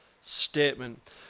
statement